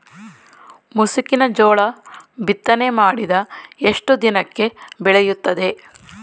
ಮುಸುಕಿನ ಜೋಳ ಬಿತ್ತನೆ ಮಾಡಿದ ಎಷ್ಟು ದಿನಕ್ಕೆ ಬೆಳೆಯುತ್ತದೆ?